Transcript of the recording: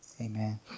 Amen